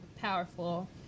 powerful